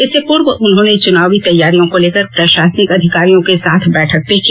इससे पूर्व उन्होंने चुनावी तैयारियों को लेकर प्रशासनिक अधिकारियों के साथ बैठक भी की